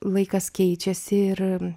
laikas keičiasi ir